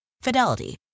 Fidelity